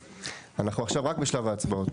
אנחנו עכשיו רק בשלב ההצבעות.